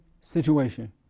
situation